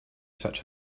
such